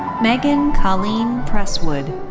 megan colleen presswood.